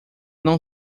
não